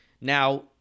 Now